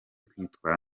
kwitwara